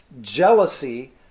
Jealousy